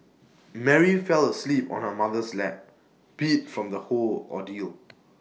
Mary fell asleep on her mother's lap beat from the whole ordeal